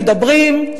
מדברים,